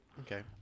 Okay